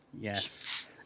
Yes